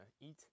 eat